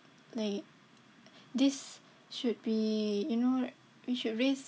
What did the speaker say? like this should be you know we should raise